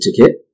ticket